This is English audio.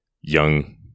young